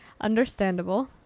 Understandable